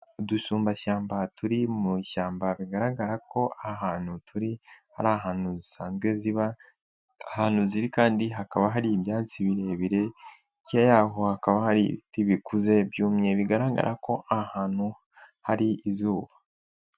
Udusumbashyamba turi mu ishyamba, bigaragara ko aha hantu turi ari ahantu zisanzwe ziba, ahantu ziri kandi hakaba hari ibyatsi birebire, hijya y'aho hakaba hari ibiti bikuze byumye, bigaragara ko ahantu hari izuba.